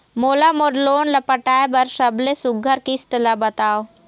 मोला मोर लोन ला पटाए बर सबले सुघ्घर किस्त ला बताव?